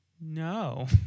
no